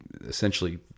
essentially